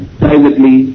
privately